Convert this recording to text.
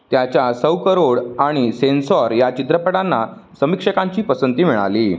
त्याच्या सौ करोड आणि सेन्सॉर या चित्रपटांना समीक्षकांची पसंती मिळाली